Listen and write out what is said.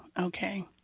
okay